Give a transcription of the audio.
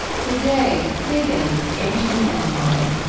today, pagans ancient and modern.